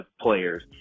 players